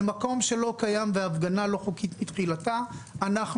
במקום שלא קיים וההפגנה היא לא חוקית מתחילתה אנחנו